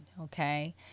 okay